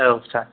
औ सार